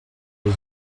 des